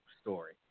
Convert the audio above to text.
story